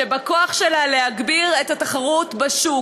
שבכוחה להגביר את התחרות בשוק.